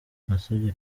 nasabye